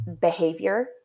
behavior